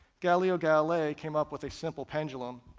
galileo galilei came up with a simple pendulum,